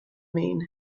mean